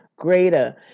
greater